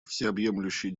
всеобъемлющий